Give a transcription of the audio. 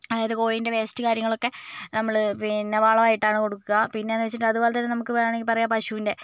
അതായത് കോഴിൻ്റെ വേസ്റ്റ് കാര്യങ്ങളൊക്കെ നമ്മൾ പിന്നെ വളമായിട്ടാണ് കൊടുക്കുക പിന്നെയെന്നു വെച്ചിട്ടുണ്ടെങ്കിൽ അതുപോലെത്തന്നെ നമുക്ക് വേണമെങ്കിൽ പറയുക പശുവിൻ്റെ